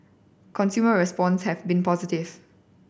consumer response have been positive